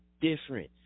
different